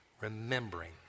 remembering